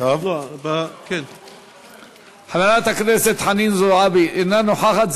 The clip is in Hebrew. חברת הכנסת חנין זועבי, אינה נוכחת.